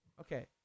Okay